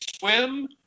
swim –